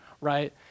right